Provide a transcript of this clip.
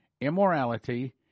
immorality